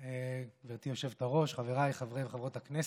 גברתי היושבת-ראש, חבריי חברי וחברות הכנסת,